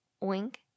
Wink